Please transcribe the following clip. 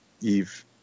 Eve